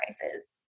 prices